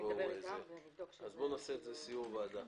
בואו נעשה את זה סיור ועדה,